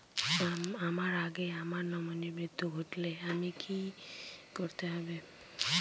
আমার আগে আমার নমিনীর মৃত্যু ঘটলে কি করতে হবে?